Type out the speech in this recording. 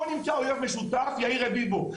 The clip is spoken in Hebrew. בואו נמצא אויב משותף יאיר רביבו.